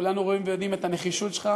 כולנו רואים ויודעים את הנחישות שלך